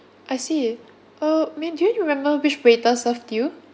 I see uh may do you remember which waiter served you